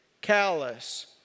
callous